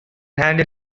handle